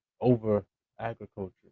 over-agriculture